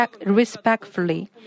respectfully